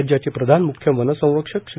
राज्याचे प्रधान म्ख्य वनसंरक्षक श्री